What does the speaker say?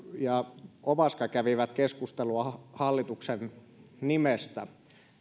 ja ovaska kävivät keskustelua hallituksen nimestä